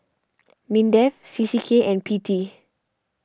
Mindef C C K and P T